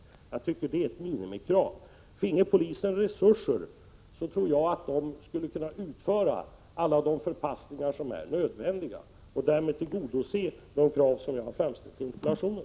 Det är ett minimikrav. Om polisen finge resurser tror jag att den skulle kunna utföra alla de förpassningar som är nödvändiga och därmed tillgodose de krav som jag har framställt i interpellationen.